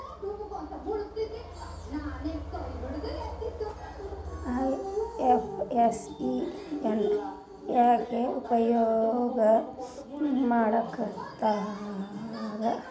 IFSC ನ ಯಾಕ್ ಉಪಯೊಗ್ ಮಾಡಾಕತ್ತಾರ?